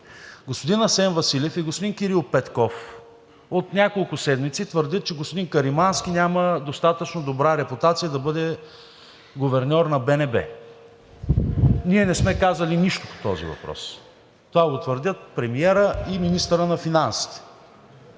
Господин Асен Василев и господин Кирил Петков от няколко седмици твърдят, че господин Каримански няма достатъчно добра репутация да бъде гуверньор на БНБ. Ние не сме казали нищо по този въпрос. Това го твърдят премиерът и министърът на финансите.